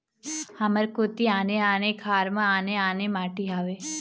हमर कोती आने आने खार म आने आने माटी हावे?